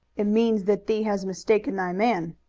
it means that thee has mistaken thy man,